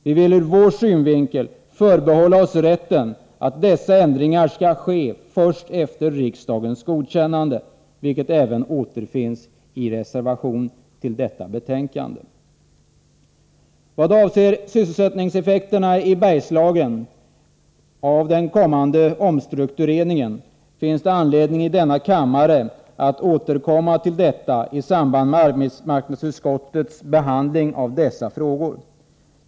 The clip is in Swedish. Vi vill ur vår synvinkel förbehålla oss rätten att dessa ändringar skall ske först efter riksdagens godkännande, vilket även framhålls i reservation till detta betänkande. Vad avser sysselsättningseffekterna i Bergslagen av den kommande omstruktureringen finns det anledning att återkomma i denna kammare i samband med arbetsmarknadsutskottets behandling av dessa frågor.